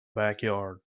backyard